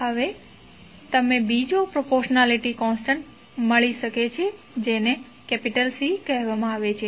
હવે તમે બીજો પ્રોપોરશનાલિટી કોન્સ્ટન્ટ આપી શકો છો જેને C કહેવામાં આવે છે